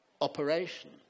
operation